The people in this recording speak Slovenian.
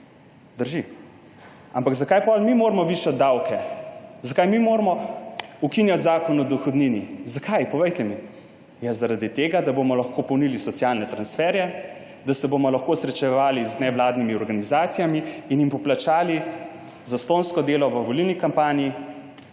Drži. Ampak zakaj moramo potem mi višati davke? Zakaj moramo mi ukinjati Zakon o dohodnini? Zakaj? Povejte mi. Ja, zaradi tega da bomo lahko polnili socialne transferje, da se bomo lahko srečevali z nevladnimi organizacijami in jim poplačali zastonjsko delo v volilni kampanji.